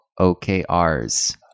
okrs